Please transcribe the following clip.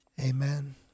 Amen